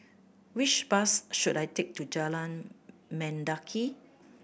which bus should I take to Jalan Mendaki